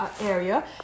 area